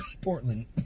Portland